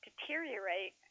deteriorate